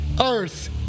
Earth